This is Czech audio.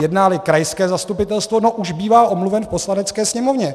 Jednáli krajské zastupitelstvo, už bývá omluven v Poslanecké sněmovně.